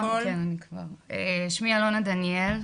שמי אלונה דניאל,